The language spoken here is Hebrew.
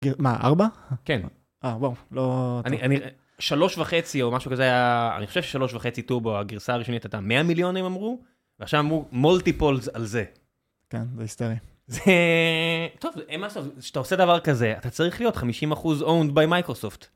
-מה ארבע? -כן. -אה, ואו, לא.. -אני, אני -שלוש וחצי או משהו כזה היה... אני חושב ששלוש וחצי טורבו הגרסה הראשונית היתה 100 מיליון הם אמרו, ועכשיו אמרו הוא multiples על זה. -כן, זה היסטרי. -זה... טוב, אין מה לעשות, כשאתה עושה דבר כזה אתה צריך להיות חמישים אחוז owned by Microsoft.